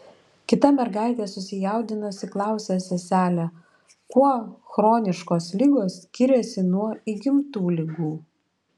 kita mergaitė susijaudinusi klausia seselę kuo chroniškos ligos skiriasi nuo įgimtų ligų